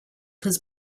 his